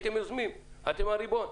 אתם הריבון.